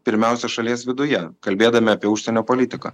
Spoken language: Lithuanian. pirmiausia šalies viduje kalbėdami apie užsienio politiką